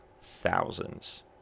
thousands